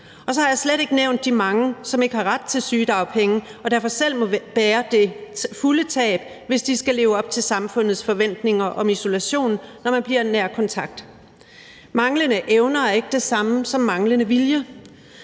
Og så har jeg slet ikke nævnt de mange, som ikke har ret til sygedagpenge og derfor selv må bære det fulde tab, hvis de skal leve op til samfundets forventninger om isolation, når man bliver nær kontakt. Manglende evner er ikke det samme som manglende vilje.